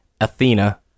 Athena